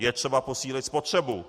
Je třeba posílit spotřebu.